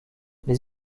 les